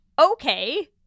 okay